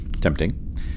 Tempting